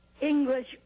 English